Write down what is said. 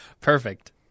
Perfect